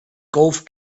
golf